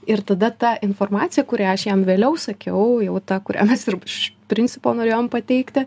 ir tada ta informacija kurią aš jam vėliau sakiau jau tą kurią mes ir iš principo norėjom pateikti